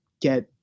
get